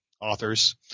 authors